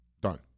Done